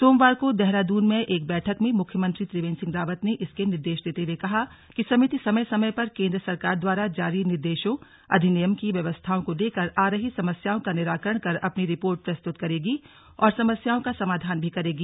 सोमवार को एक बैठक में मुख्यमंत्री त्रिवेंद्र सिंह रावत ने इसके निर्देश देते हुए कहा कि समिति समय समय पर केंद्र सरकार द्वारा जारी निर्देशों अधिनियम की व्यवस्थाओं को लेकर आ रही समस्याओं का निराकरण कर अपनी रिपोर्ट प्रस्तुत करेगी और समस्याओं का समाधान भी करेगी